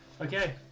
Okay